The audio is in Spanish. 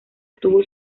tuvo